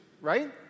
right